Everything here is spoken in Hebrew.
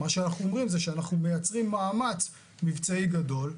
מה שאנחנו אומרים הוא שאנחנו מייצרים מאמץ מבצעי גדול.